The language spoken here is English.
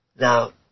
now